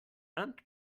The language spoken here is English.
and